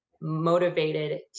motivated